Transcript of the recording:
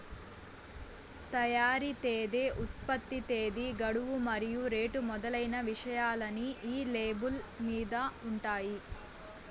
తయారీ తేదీ ఉత్పత్తి తేదీ గడువు మరియు రేటు మొదలైన విషయాలన్నీ ఈ లేబుల్ మీద ఉంటాయి